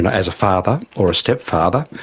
and as a father or a step-father,